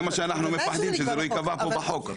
זה מה שאנחנו מפחדים, שזה לא יקבע פה בחוק.